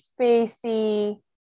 spacey